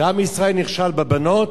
שעם ישראל נכשל בבנות.